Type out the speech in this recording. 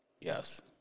Yes